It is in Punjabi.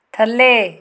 ਥੱਲੇ